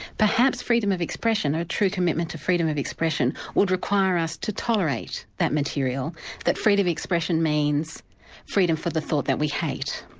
perhaps freedom of expression, a true commitment to freedom of expression, would require us to tolerate that material that freedom of expression means freedom for the thought that we hate.